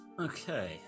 Okay